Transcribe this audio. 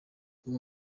uwo